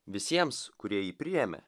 visiems kurie jį priėmė